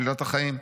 שלילת החיים'.